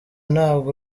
ntabwo